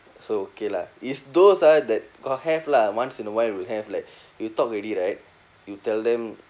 so okay lah is those ah that got have lah once in a while would have like you talk already right you tell them